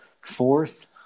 fourth